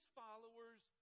followers